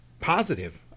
Positive